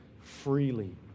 freely